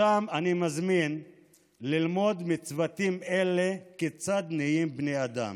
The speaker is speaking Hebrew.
אותם אני מזמין ללמוד מצוותים אלה כיצד נהיים בני אדם.